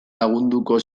lagunduko